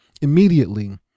Immediately